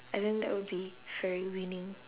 and then that will be very winning